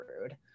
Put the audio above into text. rude